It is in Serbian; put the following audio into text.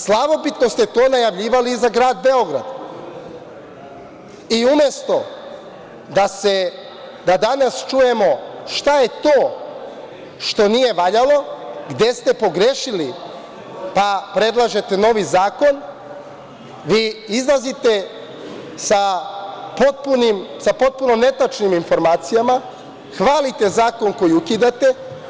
Slavobitno ste to najavljivali i za Grad Beograd, i umesto da danas čujemo šta je to što nije valjalo, gde ste pogrešili, pa predlažete novi zakon, vi izlazite sa potpuno netačnim informacijama, hvalite zakon koji ukidate.